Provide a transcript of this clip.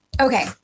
okay